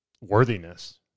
worthiness